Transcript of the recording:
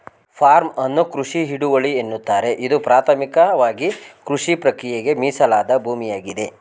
form ಅನ್ನು ಕೃಷಿ ಹಿಡುವಳಿ ಎನ್ನುತ್ತಾರೆ ಇದು ಪ್ರಾಥಮಿಕವಾಗಿಕೃಷಿಪ್ರಕ್ರಿಯೆಗೆ ಮೀಸಲಾದ ಭೂಮಿಯಾಗಿದೆ